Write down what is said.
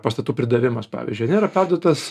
pastatų pridavimas pavyzdžiui perduotas